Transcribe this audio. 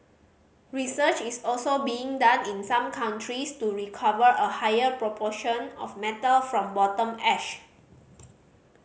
research is also being done in some countries to recover a higher proportion of metal from bottom ash